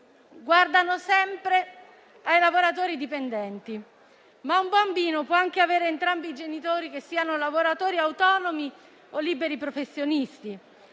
guardano sempre ai lavoratori dipendenti, ma un bambino può anche avere entrambi i genitori che siano lavoratori autonomi o liberi professionisti.